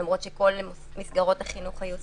זאת למרות שכל מסגרות החינוך היו סגורות,